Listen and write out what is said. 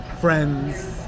friends